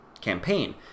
campaign